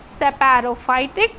separophytic